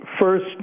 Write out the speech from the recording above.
first